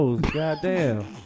goddamn